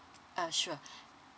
ah sure